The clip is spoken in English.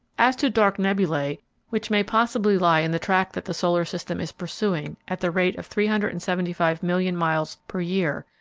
as to dark nebulae which may possibly lie in the track that the solar system is pursuing at the rate of three hundred and seventy five million miles per year,